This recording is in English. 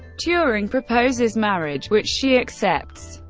turing proposes marriage, which she accepts.